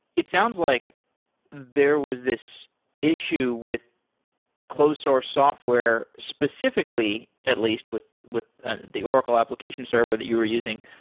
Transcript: it sounds like there was this issue with closed source software, specifically at least with with ah the oracle application server that you're using,